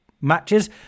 matches